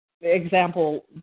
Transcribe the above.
example